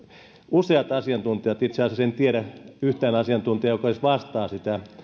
useat asiantuntijat itse asiassa en tiedä yhtään asiantuntijaa joka olisi sitä